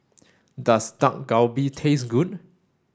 does Dak Galbi taste good